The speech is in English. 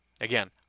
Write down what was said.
Again